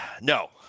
No